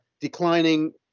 declining